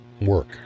work